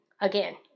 Again